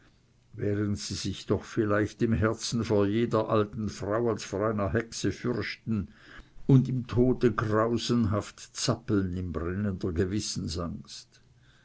während sie sich doch vielleicht im herzen vor jeder alten frau als vor einer hexe fürchten und im tode grausenhaft zappeln in brennender gewissensangst